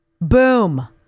Boom